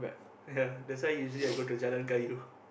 ya that's usually I go to Jalan-Kayu